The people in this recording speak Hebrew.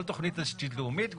כל תוכנית תשתית לאומית,